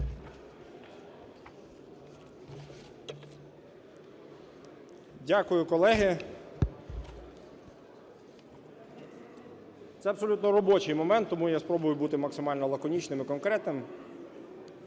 Дякую, колеги. Це абсолютно робочий момент, тому я спробую бути максимально лаконічним і конкретним.